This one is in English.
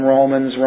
Romans